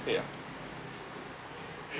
ya